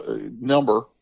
number